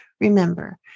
Remember